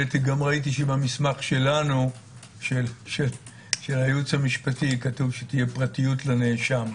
גם ראיתי שבמסמך של הייעוץ המשפטי שלנו כתוב שתהיה פרטיות לנאשם,